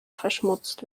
verschmutzt